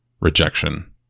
rejection